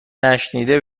نشنیده